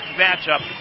matchup